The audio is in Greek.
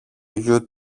γιου